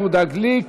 יהודה גליק